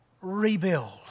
rebuild